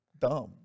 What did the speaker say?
dumb